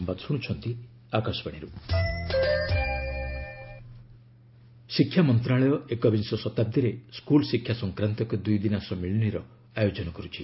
school education conclave ଶିକ୍ଷା ମନ୍ତ୍ରଣାଳୟ ଏକବିଂଶ ଶତାବ୍ଦୀରେ ସ୍କୁଲ୍ ଶିକ୍ଷା ସଂକ୍ରାନ୍ତ ଏକ ଦୁଇଦିନିଆ ସମ୍ମିଳନୀର ଆୟୋଜନ କରୁଛି